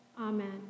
Amen